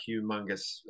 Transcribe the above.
humongous